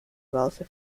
válce